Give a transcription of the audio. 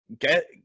get